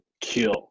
kill